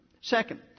Second